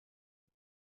eat